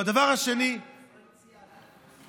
והדבר השני, דיפרנציאלי.